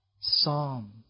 psalm